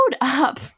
up